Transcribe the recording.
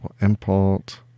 import